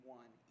one